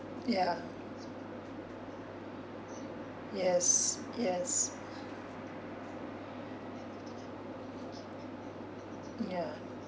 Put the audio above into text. ya yes yes ya